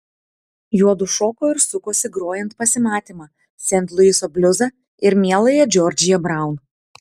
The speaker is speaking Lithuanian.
juodu šoko ir sukosi grojant pasimatymą sent luiso bliuzą ir mieląją džordžiją braun